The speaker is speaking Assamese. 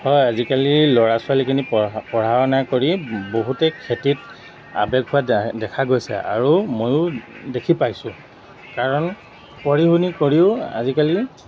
হয় আজিকালি ল'ৰা ছোৱালীখিনি পঢ়া শুনা কৰি বহুতে খেতিত আৱেগ হোৱা দেখা গৈছে আৰু ময়ো দেখি পাইছোঁ কাৰণ পঢ়ি শুনি কৰিও আজিকালি